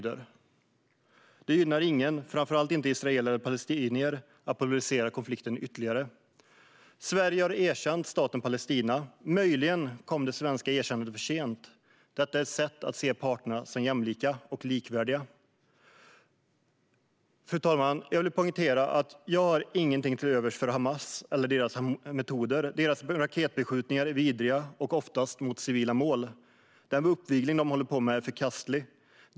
Det gynnar ingen - framför allt inte israeler eller palestinier - att polarisera konflikten ytterligare. Sverige har erkänt staten Palestina. Möjligen kom det svenska erkännandet för sent. Detta är ett sätt att se parterna som jämlika och likvärdiga. Fru talman! Jag vill poängtera att jag inte har någonting till övers för Hamas eller deras metoder. Deras raketbeskjutningar är vidriga och riktas oftast mot civila mål. Den uppvigling som de håller på med är förkastlig.